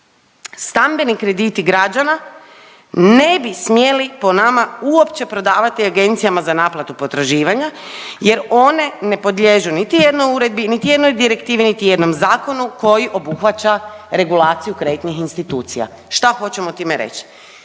stambeni krediti građana ne bi smjeli po nama uopće prodavati Agencijama za naplatu potraživanja jer one ne podliježu niti jednoj uredbi, niti jednoj direktivi, niti jednom zakonu koji obuhvaća regulaciju kreditnih institucija. Šta hoćemo time reć?